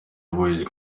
wahuje